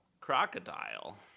Crocodile